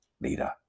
leader